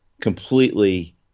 completely